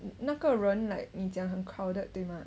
那个人你 like 你讲很 crowded 对吗